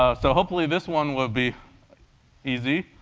ah so hopefully this one will be easy.